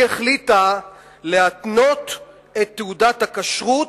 היא החליטה להתנות את תעודת הכשרות,